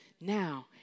now